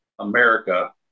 America